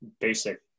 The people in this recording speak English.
basic